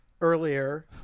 earlier